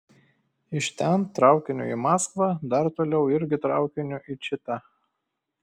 iš ten traukiniu į maskvą dar toliau irgi traukiniu į čitą